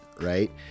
right